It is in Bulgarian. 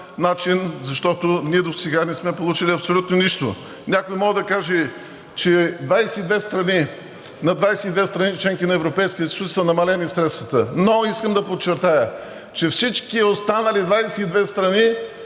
защото ние досега не сме получили абсолютно нищо. Някой може да каже, че на 22 страни – членки на Европейския съюз, са намалени средствата, но искам да подчертая, че всички останали 22 страни